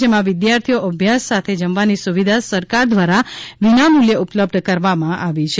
જેમાં વિદ્યાર્થીઓ અભ્યાસ સાથે જમવાની સુવિધા સરકાર દ્વારા વિના મૂલ્યે ઉપલબ્ધ કરવામાં આવી છે